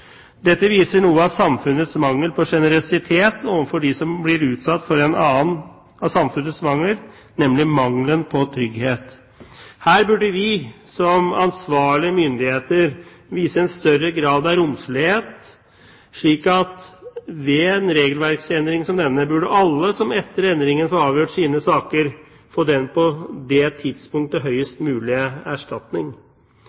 Dette viser noe av samfunnets mangel på sjenerøsitet overfor dem som blir utsatt for en annen av samfunnets mangler, nemlig mangelen på trygghet. Her burde vi som ansvarlige myndigheter vise en større grad av romslighet, slik at ved en regelverksendring som denne burde alle som etter endringen får avgjort sine saker, få den på det tidspunktet